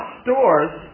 stores